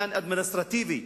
עניין אדמיניסטרטיבי,